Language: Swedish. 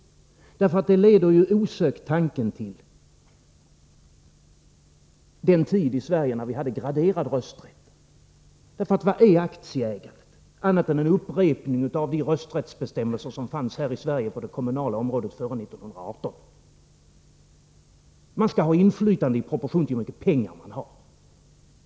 Det leder nämligen osökt tanken till den tid i Sverige när vi hade graderad rösträtt. Vad är den makt som aktieägande ger annat än en upprepning av de rösträttsbestämmelser som fanns här i Sverige på det kommunala området före 1918? Människor skall ha inflytande i proportion till hur mycket pengar de har.